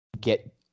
get